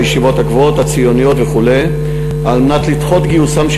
הישיבות הגבוהות הציוניות וכו' על מנת לדחות גיוסם של